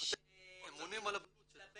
שמתלבה